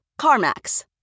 CarMax